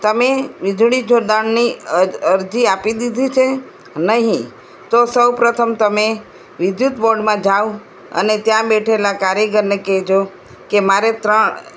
તમે વીજળી જોડાણની અરજી આપી દીધી છે નહીં તો સૌ પ્રથમ તમે વિદ્યુત બોર્ડમાં જાઓ અને ત્યાં બેઠેલા કારીગરને કહેજો કે મારે ત્રણ